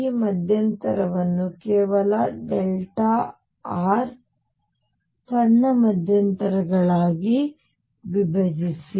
ಈ ಮಧ್ಯಂತರವನ್ನು ಕೆಲವು r ಸಣ್ಣ ಮಧ್ಯಂತರಗಳಾಗಿ ವಿಭಜಿಸಿ